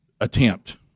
attempt